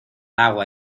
agua